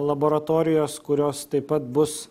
laboratorijos kurios taip pat bus